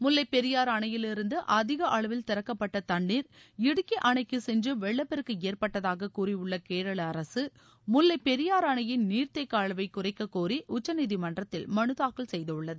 முல்லைப் பெரியாறு அணையிலிருந்து அதிக அளவில் திறக்கப்பட்ட தண்ணீர் இடுக்கி அணைக்கு சென்று வெள்ளப்பெருக்கு ஏற்பட்டதாக கூறியுள்ள கேரள அரசு முல்லைப் பெரியாறு அணையின் நீர்த்தேக்க அளவை குறைக்கக்கோரி உச்சநீதிமன்றத்தில் மனு தாக்கல் செய்துள்ளது